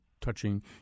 touching